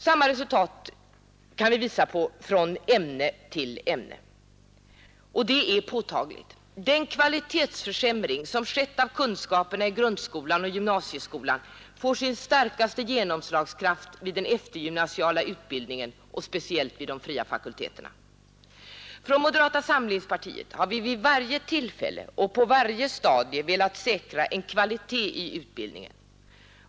Samma sak gäller i ämne efter ämne. Det är påtagligt att kvalitetsförsämringen av kunskaperna i grundskolan och gymnasieskolan får sin starkaste genomslagskraft vid den eftergymnasiala utbildningen och speciellt vid de fria fakulteterna. Från moderata samlingspartiet har vi vid varje tillfälle och på varje stadium velat säkra kvaliteten i utbildningen.